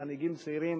מנהיגים צעירים